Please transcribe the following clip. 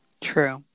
True